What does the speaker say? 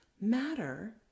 matter